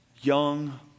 young